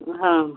हूॅं